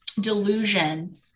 delusion